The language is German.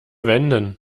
wenden